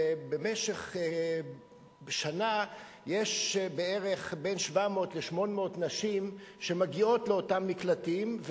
ובמשך שנה בין 700 ל-800 נשים מגיעות לאותם מקלטים,